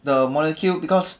the molecule because